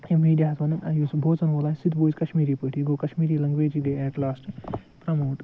یِم میٖڈیاہَس وَنان یُس بوزَن وول آسہِ سُہ تہِ بوزِ کشمیٖری پٲٹھی گوٚو کَشمیٖری لَنٛگویجے گے ایٹ لاسٹ پرموٹ